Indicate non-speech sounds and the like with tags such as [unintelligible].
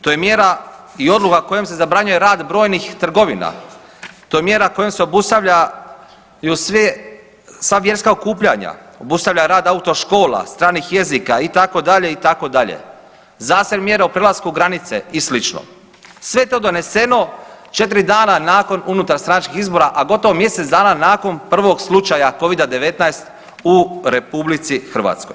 To je mjera i odluka kojom se zabranjuje rad brojnih trgovina, to je mjera kojom se obustavlja i uz sve, sva vjerska okupljanja, obustavlja rad auto škola, stranih jezika, itd., itd., ... [unintelligible] mjera u prelasku granice i sl., sve je to doneseno 4 dana nakon unutarstranačkih izbora, a gotovo mjesec dana nakon prvog slučaja Covida-19 u RH.